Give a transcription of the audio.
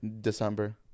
December